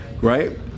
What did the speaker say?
right